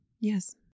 Yes